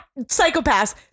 Psychopaths